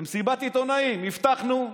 במסיבת עיתונאים: הבטחנו,